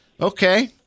Okay